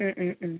മ് മ് മ്